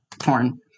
porn